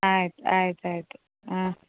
ಆಯ್ತು ಆಯ್ತು ಆಯಿತು ಹಾಂ